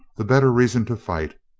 the better reason to fight.